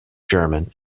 german